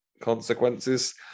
consequences